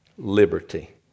Liberty